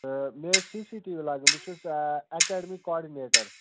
مےٚ ٲسۍ C C T V لاگٕنۍ بہٕ چھُس اکیڈمِک کاڈِنیٹر